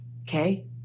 okay